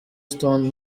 stone